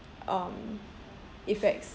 um effects